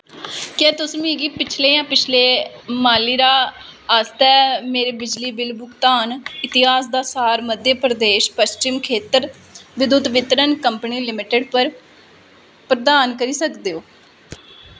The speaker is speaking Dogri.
क्या तुस मिगी पिछले पिछला माली ब'रा आस्तै मेरे बिजली बिल भुगतान इतिहास दा सार मध्य प्रदेश पश्चिम खेतर विद्युत वितरण कंपनी लिमिटेड पर प्रदान करी सकदे ओ